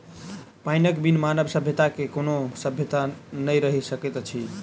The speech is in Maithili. पाइनक बिन मानव सभ्यता के कोनो सभ्यता नै रहि सकैत अछि